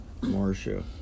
Marcia